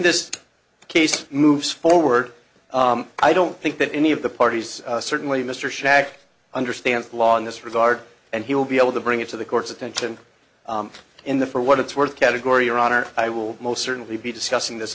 this case moves forward i don't think that any of the parties certainly mr shaq understands the law in this regard and he will be able to bring it to the court's attention in the for what it's worth category your honor i will most certainly be discussing this